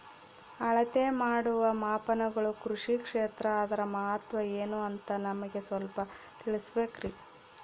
ಅಳತೆ ಮಾಡುವ ಮಾಪನಗಳು ಕೃಷಿ ಕ್ಷೇತ್ರ ಅದರ ಮಹತ್ವ ಏನು ಅಂತ ನಮಗೆ ಸ್ವಲ್ಪ ತಿಳಿಸಬೇಕ್ರಿ?